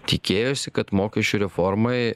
tikėjosi kad mokesčių reformai